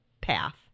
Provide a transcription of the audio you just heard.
path